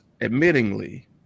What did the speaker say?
admittingly